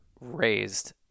raised